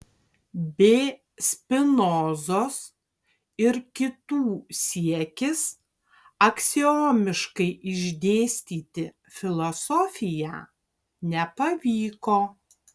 b spinozos ir kitų siekis aksiomiškai išdėstyti filosofiją nepavyko